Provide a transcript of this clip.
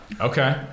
Okay